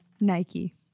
Nike